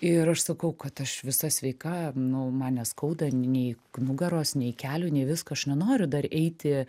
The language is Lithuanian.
ir aš sakau kad aš visa sveika nu man neskauda nei nugaros nei kelių nei viską aš nenoriu dar eiti